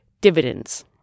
dividends